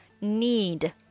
need